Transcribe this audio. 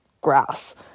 Grass